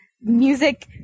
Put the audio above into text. music